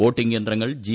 voting യന്ത്രങ്ങൾ G